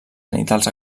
genitals